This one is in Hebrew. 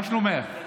מה שלומך?